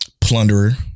Plunderer